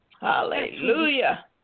Hallelujah